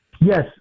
Yes